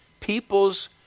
People's